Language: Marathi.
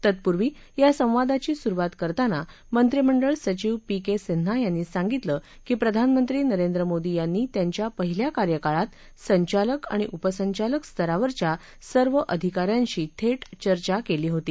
तत्पूर्वी या संदवादाची सुरुवात करताना मंत्रिमंडळ सचिव पी के सिन्हा यांनी सांगितलं की प्रधानमंत्री नरेंद्र मोदी यांनी त्यांच्या पहिल्या कार्यकाळात संचालक आणि उपसंचालक स्तरावरच्या सर्व अधिका यांशी थेट चर्चा केली होती